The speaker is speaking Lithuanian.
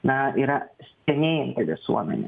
na yra senėjanti visuomenė